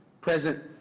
Present